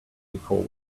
before